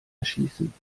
erschießen